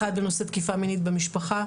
אחד בנושא תקיפה מינית במשפחה,